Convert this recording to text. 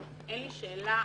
אין לי שאלה,